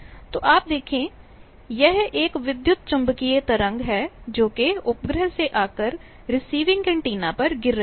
तो आप देखें कि यह एक विद्युत चुम्बकीय तरंग है जोकि उपग्रह से आकर रिसीविंग एंटीना पर गिर रही है